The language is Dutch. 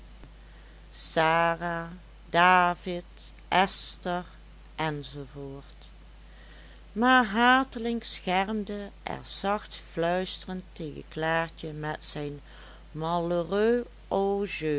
sara david esther enz maar hateling schermde er zacht fluisterend tegen klaartje met zijn